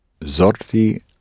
Zorti